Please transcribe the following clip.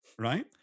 Right